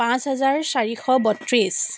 পাঁচ হাজাৰ চাৰিশ বত্ৰিছ